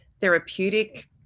therapeutic